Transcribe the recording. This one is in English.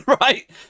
right